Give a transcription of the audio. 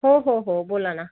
हो हो हो बोला ना